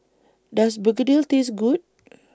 Does Begedil Taste Good